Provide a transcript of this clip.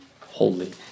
Holy